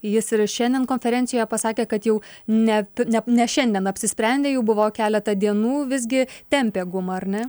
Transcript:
jis ir šiandien konferencijoje pasakė kad jau net ne ne šiandien apsisprendė jau buvo keletą dienų visgi tempė gumą ar ne